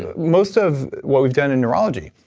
ah most of what we've done in neurology,